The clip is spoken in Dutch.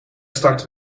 starten